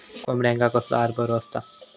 कोंबड्यांका कसलो आहार बरो असता?